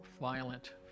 violent